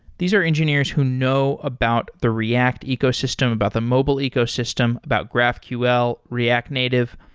these are engineers who know about the react ecosystem, about the mobile ecosystem, about graphql, react native.